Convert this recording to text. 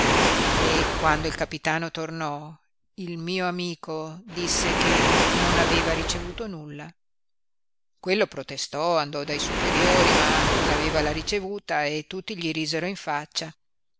e se io quando il capitano tornò il mio amico disse che non aveva ricevuto nulla quello protestò andò dai superiori ma non aveva la ricevuta e tutti gli risero in faccia